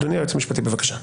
אדוני היועץ המשפטי, בבקשה.